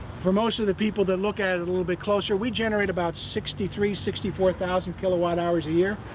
for most of the people that look at it a little bit closer, we generate about sixty three, sixty four thousand kilowatt hours a year.